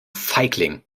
feigling